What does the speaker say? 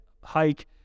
hike